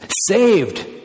saved